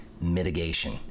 mitigation